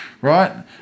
Right